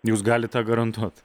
jūs galit tą garantuot